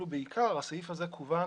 הסעיף הזה,